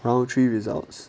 ground three results